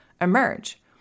emerge